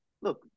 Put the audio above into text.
look